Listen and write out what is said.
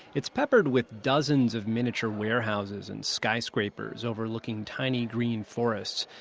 it's peppered with dozens of miniature warehouses and skyscrapers overlooking tiny green forests.